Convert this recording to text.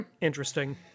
Interesting